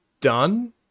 done